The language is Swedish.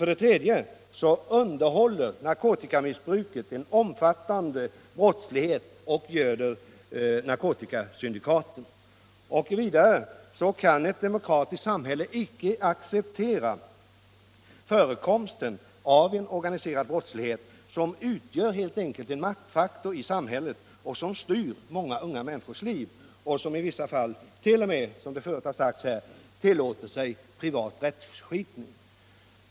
För det tredje underhåller narkotikamissbruket en omfattande brottslighet och göder nar 39 kotikasyndikaten. Vidare kan ett demokratiskt samhälle inte acceptera förekomsten av en organiserad brottslighet som helt enkelt utgör en maktfaktor i samhället, som styr många unga människors liv och som i vissa fall, som det förut har sagts här, t.o.m. tillåter sig privat rättsskipning.